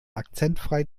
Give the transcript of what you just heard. akzentfrei